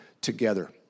together